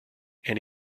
and